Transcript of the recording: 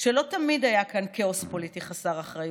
שלא תמיד היה כאן כאוס פוליטי חסר אחריות,